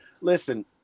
listen